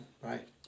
right